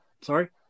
Sorry